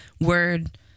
word